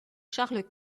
charles